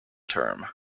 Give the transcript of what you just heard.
term